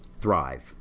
thrive